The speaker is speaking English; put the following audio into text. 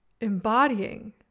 embodying